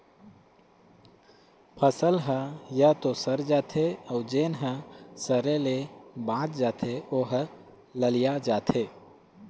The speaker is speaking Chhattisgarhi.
फसल ह य तो सर जाथे अउ जेन ह सरे ले बाच जाथे ओ ह ललिया जाथे